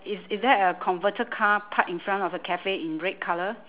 is is there a converter car parked in front of the cafe in red colour